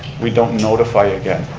we don't notify again,